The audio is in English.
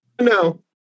no